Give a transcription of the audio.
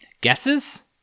Guesses